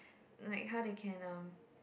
like how they can um